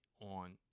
on